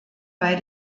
bei